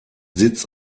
sitz